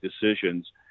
decisions